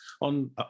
on